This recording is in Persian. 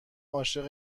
عاشق